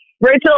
Rachel